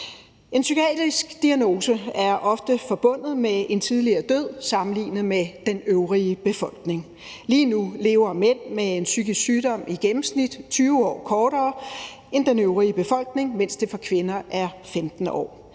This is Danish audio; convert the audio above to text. En psykiatrisk diagnose er ofte forbundet med en tidligere død sammenlignet med den øvrige befolkning. Lige nu lever mænd med en psykisk sygdom i gennemsnit 20 år kortere end den øvrige befolkning, mens det for kvinder er 15 år.